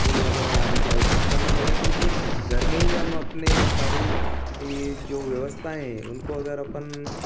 फ़ूल वगेरह लाने की आवश्कता नहीं लगे क्योंकि घर में ही हम अपने सारी ये जो व्यवस्थाएं हैं उनको अगर अपन